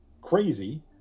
crazy